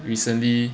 recently